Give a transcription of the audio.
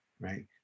right